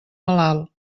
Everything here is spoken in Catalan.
malalt